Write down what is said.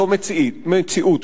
זו מציאות.